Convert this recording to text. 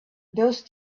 those